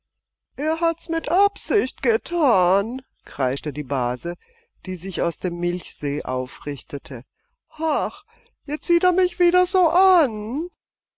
er hat's mit absicht getan kreischte die base die sich aus dem milchsee aufrichtete hach jetzt sieht er mich wieder so an